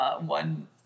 one